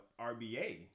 RBA